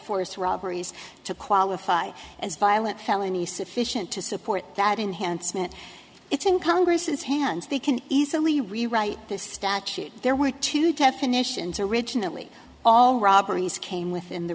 force robberies to qualify as violent felonies sufficient to support that enhanced moment it's in congress its hands they can easily rewrite this statute there were two definitions originally all robberies came within the